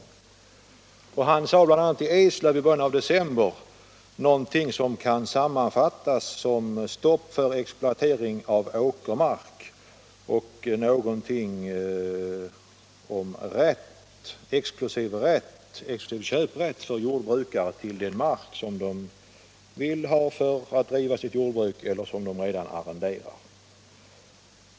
Jordbruksministern sade bl.a. i Eslöv i början av december något som sammanfattningsvis gick ut på stopp för exploatering av åkermark och exklusiv köprätt för jordbrukare till den mark som de vill ha för att driva jordbruk på eller som de redan arrenderar.